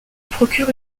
procure